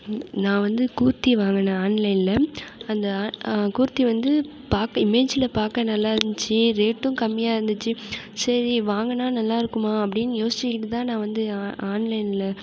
நான் வந்து கூர்தி வாங்குனேன் ஆன்லைனில் அந்த கூர்தி வந்து பார்க்க இமேஜில் பார்க்க நல்லாயிருந்துச்சி ரேட்டும் கம்மியாக இருந்துச்சு சரி வாங்கினா நல்லாயிருக்குமா அப்டின்னு யோசிச்சுக்கிட்டு தான் நான் வந்து ஆன்லைனில்